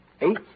eight